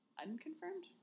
unconfirmed